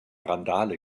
randale